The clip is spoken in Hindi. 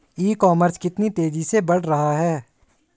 ई कॉमर्स कितनी तेजी से बढ़ रहा है?